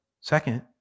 second